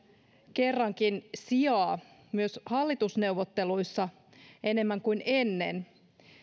kerrankin sijaa myös hallitusneuvotteluissa enemmän kuin ennen